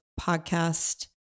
podcast